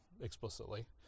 explicitly